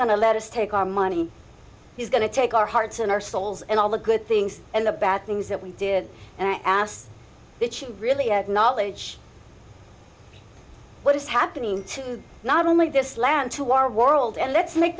to let us take our money he's going to take our hearts and our souls and all the good things and the bad things that we did and i asked that you really have knowledge what is happening to not only this land to our world and let's make